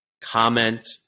comment